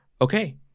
okay